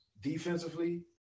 defensively